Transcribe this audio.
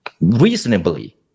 reasonably